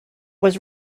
was